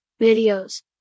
videos